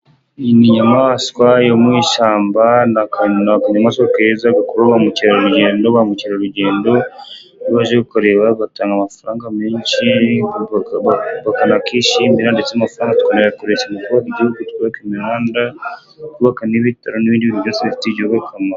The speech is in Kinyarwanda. Iyi ni inyamaswa yo mu ishyamba, ni akanyamaswa keza gakurura ba mukerarugendo. Ba mukerarugendo iyo baje kukareba batanga amafaranga menshi, bakanakishimira, ndetse amafaranga tukanayakoresha mu kubaka igihugu, twubaka imihanda, twubaka n'ibitaro n'ibindi bintu byose bifitiye igihugu akamaro.